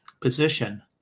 position